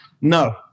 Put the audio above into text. no